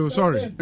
sorry